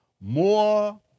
more